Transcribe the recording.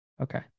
okay